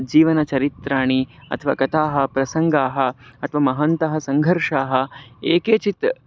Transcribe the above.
जीवन चरित्राणि अथवा कथाः प्रसङ्गाः अथवा महान्तः सङ्घर्षाः ये केचित्